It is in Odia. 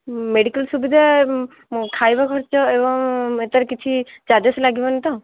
ମେଡ଼ିକାଲ୍ ସୁବିଧା ଖାଇବା ଖର୍ଚ୍ଚ ଏବଂ ଏଟାରେ କିଛି ଚାର୍ଜେସ୍ ଲାଗିବନି ତ